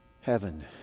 heaven